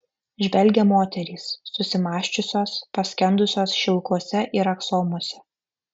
žvelgia moterys susimąsčiusios paskendusios šilkuose ir aksomuose